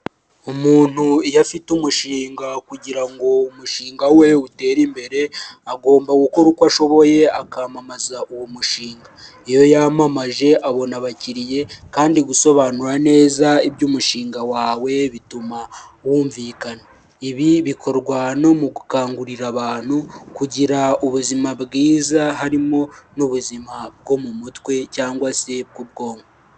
Umuntu iyo afite umushinga kugira ngo umushinga we utere imbere agomba gukora uko ashoboye akamamaza uwo mushinga. Iyo yamamaje abona abakiriya kandi gusobanura neza iby'umushinga wawe bituma wumvikana. Ibi bikorwa no mu gukangurira abantu kugira ubuzima bwiza harimo n'ubuzima bwo mu mutwe cyangwa se bw'ubwonko.